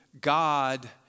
God